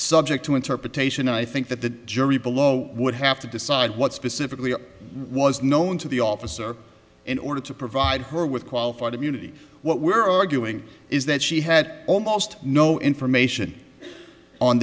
subject to interpretation and i think that the jury below would have to decide what specifically was known to the officer in order to provide her with qualified immunity what we're arguing is that she had almost no information on